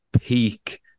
peak